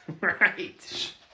Right